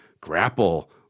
grapple